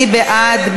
מי בעד?